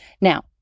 Now